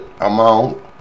amount